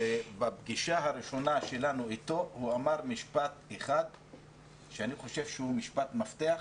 בפגישה הראשונה שלנו איתו הוא אמר משפט אחד שלדעתי הוא משפט מפתח,